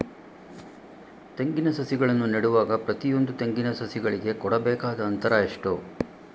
ತೆಂಗಿನ ಸಸಿಗಳನ್ನು ನೆಡುವಾಗ ಪ್ರತಿಯೊಂದು ತೆಂಗಿನ ಸಸಿಗಳಿಗೆ ಕೊಡಬೇಕಾದ ಅಂತರ ಎಷ್ಟು?